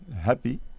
happy